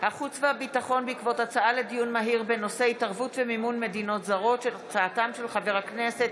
החוץ והביטחון בעקבות דיון מהיר בהצעתם של חבר הכנסת